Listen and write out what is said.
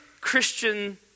Christian